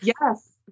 Yes